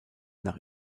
nach